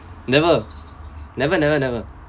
never never never never